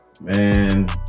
Man